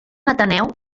ateneu